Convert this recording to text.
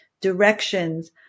directions